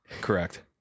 Correct